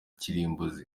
kirimbuzi